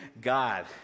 God